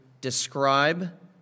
describe